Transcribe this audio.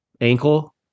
ankle